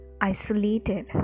isolated